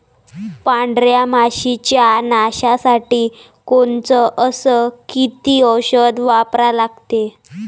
पांढऱ्या माशी च्या नाशा साठी कोनचं अस किती औषध वापरा लागते?